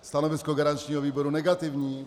Stanovisko garančního výboru negativní.